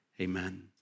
amen